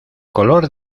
color